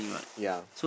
yea